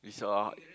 is a lot